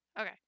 Okay